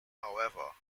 however